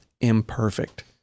imperfect